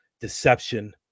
deception